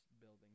building